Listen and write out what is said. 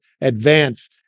advance